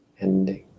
ending